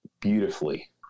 beautifully